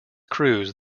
crews